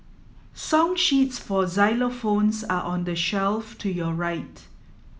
song sheets for xylophones are on the shelf to your right